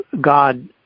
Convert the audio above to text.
God